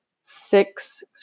six